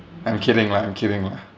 I'm kidding lah I'm kidding lah